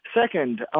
Second